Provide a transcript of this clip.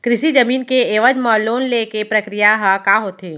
कृषि जमीन के एवज म लोन ले के प्रक्रिया ह का होथे?